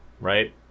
right